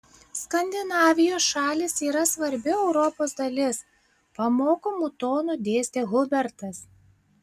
skandinavijos šalys yra svarbi europos dalis pamokomu tonu dėstė hubertas